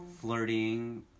flirting